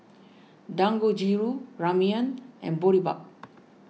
Dangojiru Ramyeon and Boribap